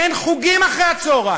אין חוגים אחרי-הצהריים,